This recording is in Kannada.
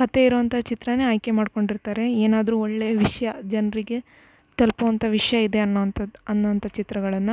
ಕಥೆ ಇರುವಂಥ ಚಿತ್ರನೇ ಆಯ್ಕೆ ಮಾಡಿಕೊಂಡಿರ್ತಾರೆ ಏನಾದ್ರೂ ಒಳ್ಳೆಯ ವಿಷಯ ಜನರಿಗೆ ತಲುಪುವಂಥ ವಿಷಯ ಇದೆ ಅನ್ನುವಂಥದ್ದು ಅನ್ನುವಂಥ ಚಿತ್ರಗಳನ್ನು